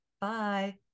Bye